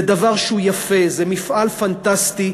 זה דבר יפה, זה מפעל פנטסטי,